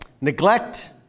neglect